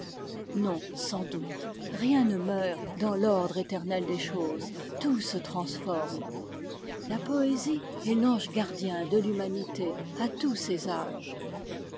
non sans doute rien ne meurt dans l'ordre éternel des choses tout se transforme la poésie est l'ange gardien de l'humanité à tous ses âges